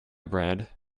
bread